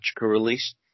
release